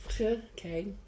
Okay